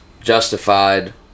justified